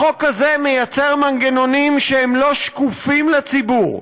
החוק הזה יוצר מנגנונים שהם לא שקופים לציבור,